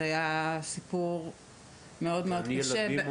לפני כמה